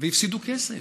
והפסידו כסף.